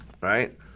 right